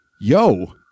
Yo